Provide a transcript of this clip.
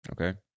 Okay